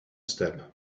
step